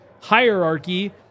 hierarchy